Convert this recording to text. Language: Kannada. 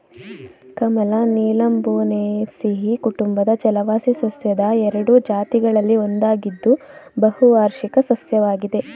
ಕಮಲ ನೀಲಂಬೊನೇಸಿಯಿ ಕುಟುಂಬದ ಜಲವಾಸಿ ಸಸ್ಯದ ಎರಡು ಜಾತಿಗಳಲ್ಲಿ ಒಂದಾಗಿದ್ದು ಬಹುವಾರ್ಷಿಕ ಸಸ್ಯವಾಗಿದೆ